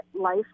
life